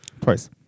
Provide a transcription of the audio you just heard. Twice